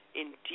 indeed